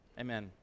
Amen